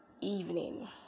evening